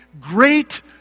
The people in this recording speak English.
great